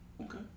Okay